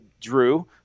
drew